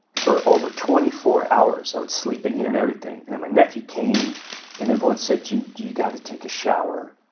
for over twenty four hours, i would sleep in here and everything. and my nephew came and everyone said, you you got to take a shower.